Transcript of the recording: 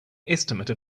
estimate